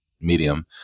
medium